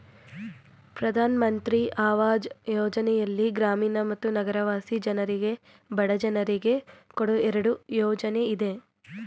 ಪ್ರಧಾನ್ ಮಂತ್ರಿ ಅವಾಜ್ ಯೋಜನೆಯಲ್ಲಿ ಗ್ರಾಮೀಣ ಮತ್ತು ನಗರವಾಸಿ ಜನರಿಗೆ ಬಡ ಜನರಿಗೆ ಕೊಡೋ ಎರಡು ಯೋಜನೆ ಇದೆ